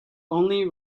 only